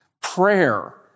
Prayer